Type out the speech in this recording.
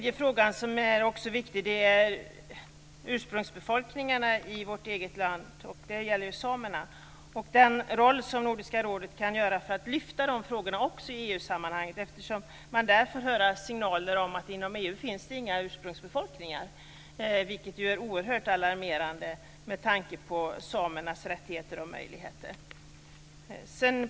En viktig fråga rör ursprungsbefolkningen i vårt eget land, samerna, och den roll som Nordiska rådet kan spela när det gäller att lyfta fram dessa frågor i EU-sammanhang. Därifrån kommer nämligen signaler om att det inte finns några ursprungsbefolkningar inom EU. Detta är oerhört alarmerande med tanke på sameras rättigheter och möjligheter.